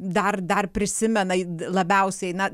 dar dar prisimenat labiausiai na